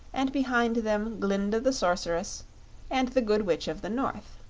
and behind them glinda the sorceress and the good witch of the north.